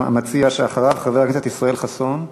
המציע שאחריו, חבר הכנסת ישראל חסון,